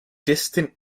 distant